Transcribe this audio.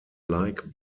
like